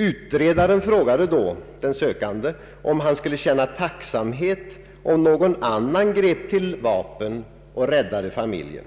Utredaren frågade då den sökande om han skulle känna tacksamhet om någon annan grep till vapen och räddade familjen.